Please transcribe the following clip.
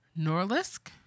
Norlisk